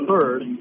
third